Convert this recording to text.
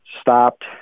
stopped